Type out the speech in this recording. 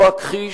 לא אכחיש,